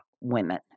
women